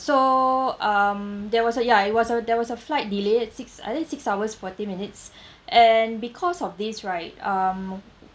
so um there was a ya it was a there was a flight delay at six I think six hours forty minutes and because of this right um